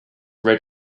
red